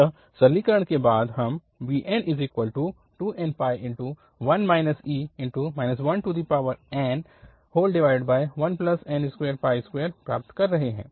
अतःसरलीकरण के बाद हम bn2nπ1 e 1n1n22 प्राप्त कर रहे हैं